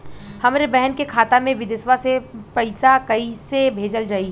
हमरे बहन के खाता मे विदेशवा मे पैसा कई से भेजल जाई?